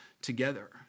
together